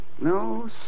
No